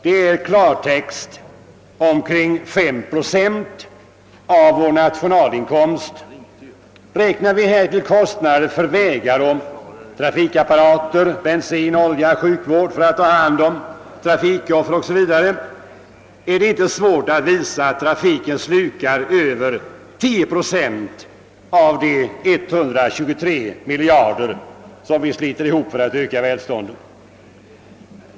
Det är i klartext omkring 5 procent av vår nationalinkomst. Räknar vi därtill kostnader för vägar och trafikappa rater, för bensin och olja, för sjukvård när det gäller att ta hand om trafikoffer o.s.v. är det inte svårt att visa att trafiken slukar över 10 procent av de 123 miljarder vi sliter ihop för att öka välståndet.